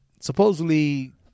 supposedly